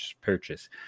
purchase